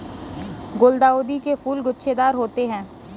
गुलदाउदी के फूल गुच्छेदार होते हैं